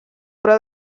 però